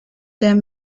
der